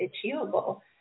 achievable